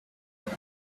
here